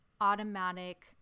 automatic